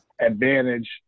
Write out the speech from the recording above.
advantage